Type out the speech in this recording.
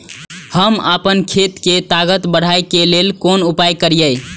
हम आपन खेत के ताकत बढ़ाय के लेल कोन उपाय करिए?